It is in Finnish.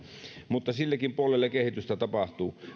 mutta silläkin puolella kehitystä tapahtuu